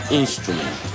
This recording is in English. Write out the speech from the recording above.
instrument